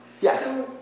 yes